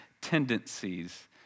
tendencies